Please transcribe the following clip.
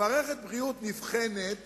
מערכת בריאות נבחנת